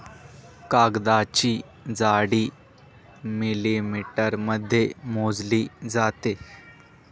कागदाची जाडी मिलिमीटरमध्ये मोजली जाते